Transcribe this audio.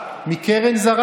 18 מקום המדינה.